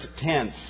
tense